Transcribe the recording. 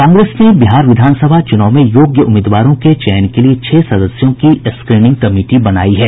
कांग्रेस ने बिहार विधान सभा चूनाव में योग्य उम्मीदवारों के चयन के लिए छह सदस्यों की स्क्रीनिंग कमिटी बनायी है